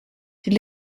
you